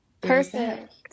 Perfect